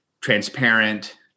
transparent